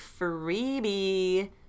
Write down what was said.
freebie